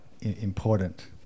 important